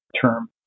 term